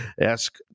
ask